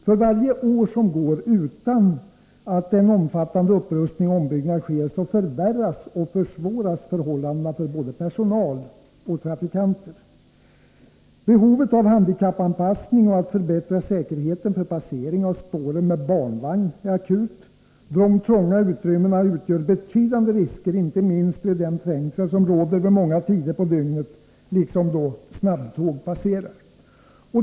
För varje år som går utan att en omfattande upprustning och ombyggnad sker, förvärras och försvåras förhållandena för både personal och trafikanter. Behovet av handikappanpassning och nödvändigheten av att förbättra säkerheten vid passering av spåren med barnvagnar är akuta. De trånga utrymmena utgör betydande risker, inte minst med tanke på den trängsel som råder vid många tider på dygnet och i samband med att snabbtåg passerar.